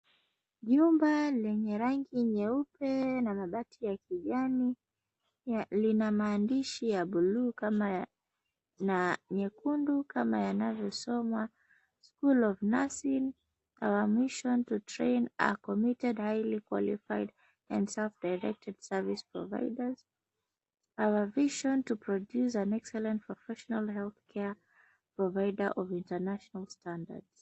Nyumba lenye rangi nyeupe na mabati ya kijani lina maandishi ya bluu na nyekundu kama yanavyosoma, School of Nursing, Our Mission to train a committed Highly qualified and soft directed service provider, our vision to produce an excellent professional healthcare of international standards.